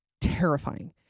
terrifying